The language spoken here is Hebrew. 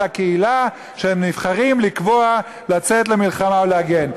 הקהילה שנבחרים לקבוע לצאת למלחמה ולהגן.